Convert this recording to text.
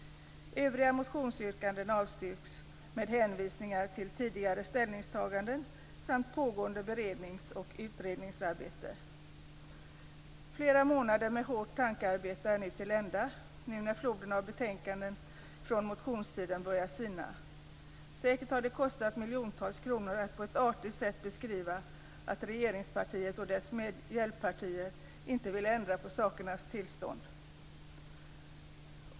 Övriga motionsyrkanden avstyrks med hänvisningar till tidigare ställningstaganden samt till pågående berednings och utredningsarbete. Flera månader av hårt tankearbete är till ända, nu när floden av betänkanden från motionstiden har börjat att sina. Säkert har det kostat miljontals kronor att på ett artigt sätt beskriva att regeringspartiet och dess hjälppartier inte vill ändra på sakernas tillstånd.